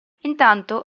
intanto